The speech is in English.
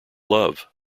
love